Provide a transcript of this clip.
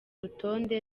rutonde